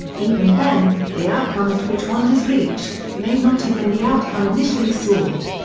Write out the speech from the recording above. even then, the outcome at which one has reached, may not have been the outcome initially sought.